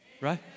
right